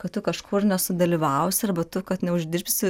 kad tu kažkur nesudalyvausi arba tu kad neuždirbsi